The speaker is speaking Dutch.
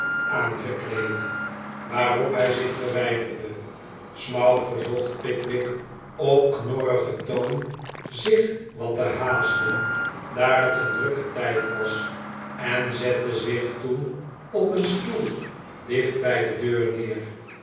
aangekleed waarop hij zich verwijderde smouch verzocht pickwick op knorrigen toon zich wat te haasten daar het een drukke tijd was en zette zich toen op een stoel dicht bij de deur neer